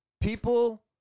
people